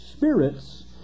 Spirits